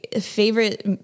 favorite